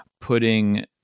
putting